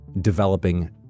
developing